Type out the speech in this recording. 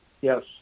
yes